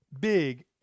big